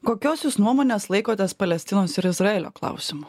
kokios jūs nuomonės laikotės palestinos ir izraelio klausimu